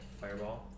Fireball